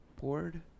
board